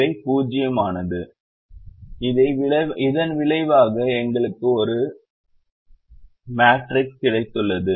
இவை 0 ஆனது இதன் விளைவாக எங்களுக்கு ஒரு அணி கிடைத்தது